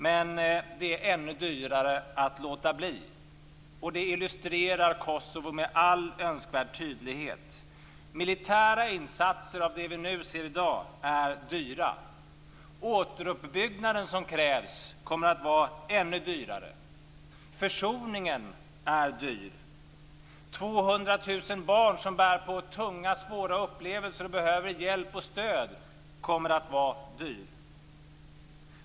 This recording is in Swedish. Men det är ännu dyrare att låta bli det arbetet. Det illustrerar Kosovo med all önskvärd tydlighet. Militära insatser av det slag som vi ser i dag är dyra. Den återuppbyggnad som krävs kommer att vara ännu dyrare. Försoningen är dyr. 200 000 barn som bär på tunga och svåra upplevelser behöver hjälp och stöd. Det kommer också att vara dyrt.